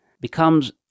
becomes